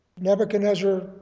Nebuchadnezzar